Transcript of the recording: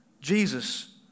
Jesus